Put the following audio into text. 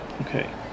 Okay